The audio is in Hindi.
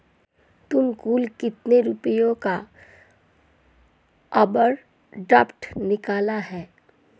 तुमने कुल कितने रुपयों का ओवर ड्राफ्ट निकाला है?